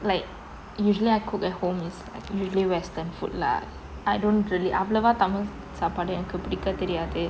like usually I cook at home is like usually western food lah I don't really அவ்வளுவா தமிழ் சாப்பாடு எனக்கு பிடிக்க தெரியாது:avalova tamil sapadu enakku pidikka theriyathu